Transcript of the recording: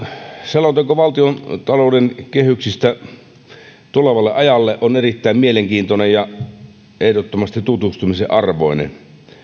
selonteko valtiontalouden kehyksistä tulevalle ajalle on erittäin mielenkiintoinen ja ehdottomasti tutustumisen arvoinen